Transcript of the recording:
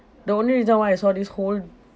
the only reason why I saw this whole